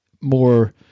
more